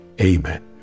amen